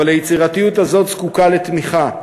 אבל היצירתיות הזאת זקוקה לתמיכה.